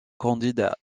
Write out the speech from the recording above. candidats